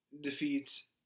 defeats